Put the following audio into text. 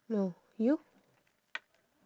no you